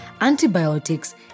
antibiotics